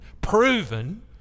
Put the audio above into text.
proven